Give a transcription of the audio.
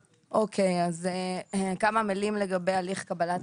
אוקיי, אז כמה מילים לגבי הליך קבלת